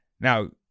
Now